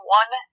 one